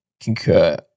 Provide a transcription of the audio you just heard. concur